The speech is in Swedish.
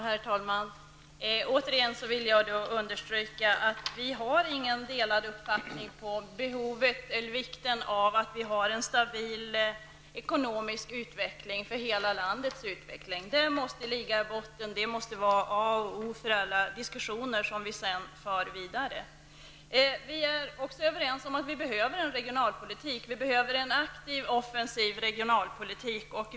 Herr talman! Återigen vill jag understryka att vi inte har några delade uppfattningar om vikten av att vi har en stabil ekonomisk utveckling för hela landet. Detta måste ligga i botten. Detta måste vara A och O för alla diskussioner som vi för. Vi är också överens om att vi behöver en aktiv och offensiv regionalpolitik.